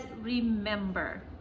remember